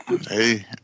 Hey